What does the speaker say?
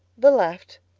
the left,